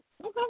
Okay